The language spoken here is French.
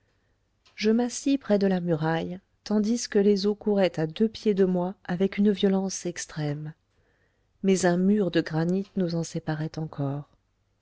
je m'assis près de la muraille tandis que les eaux couraient à deux pieds de moi avec une violence extrême mais un mur de granit nous en séparait encore